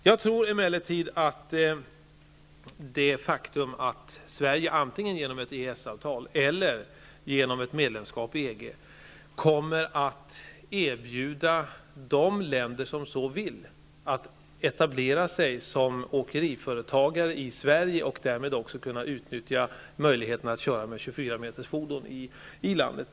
Jag tror emellertid att Sverige antingen genom ett EES-avtal eller genom ett medlemskap i EG kommer att erbjuda människor i de länder som så vill att etablera sig som åkeriföretagare i Sverige, och därmed kan de utnyttja möjligheten att köra med 24 meters-fordon i landet.